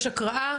יש הקראה,